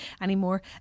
anymore